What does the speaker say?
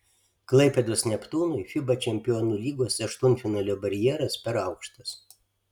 klaipėdos neptūnui fiba čempionų lygos aštuntfinalio barjeras per aukštas